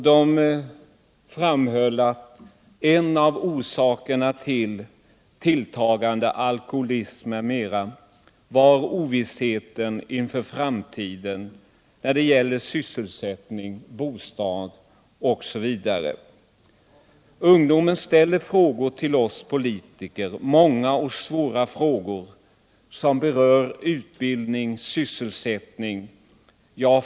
De framhöll att en av orsakerna till tilltagande alkoholism m.m. var ovissheten inför framtiden när det gäller sysselsättning, bostad osv. Ungdomen ställer många och svåra frågor till oss politiker som berör utbildning och sysselsättning.